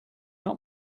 not